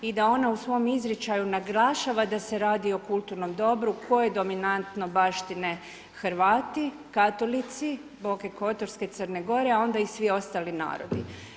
I da ona u svom izričaju naglašava da se radi o kulturnom dobru, koje dominanto baštine Hrvati, Katolici, Boke kotorske i Crne Gore, a onda i svi ostali narodi.